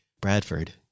Bradford